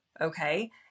okay